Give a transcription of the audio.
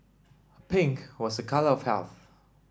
pink was a colour of health